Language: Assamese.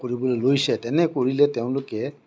কৰিবলৈ লৈছে তেনে কৰিলে তেওঁলোকে